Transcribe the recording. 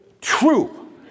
true